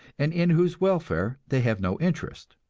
and in whose welfare they have no interest.